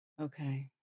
Okay